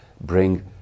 bring